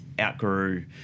outgrew